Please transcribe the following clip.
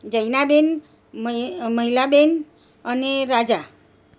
જૈના બેન મહિલા બેન અને રાજા